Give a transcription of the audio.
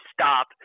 stop